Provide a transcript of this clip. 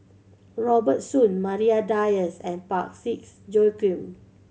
Robert Soon Maria Dyer and Parsick Joaquim